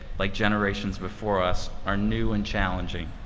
like generations before us, are new and challenging.